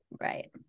Right